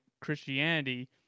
Christianity